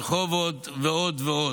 רחובות ועוד ועוד.